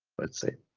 let's say,